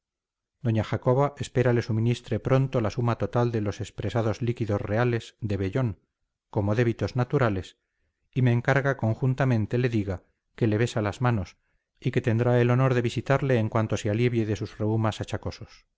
doña jacoba espera le suministre pronto la suma total de los expresados líquidos reales de vellón como débitos naturales y me encarga conjuntamente le diga que le besa las manos y que tendrá el honor de visitarle en cuanto se alivie de sus reumas achacosos